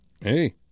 Hey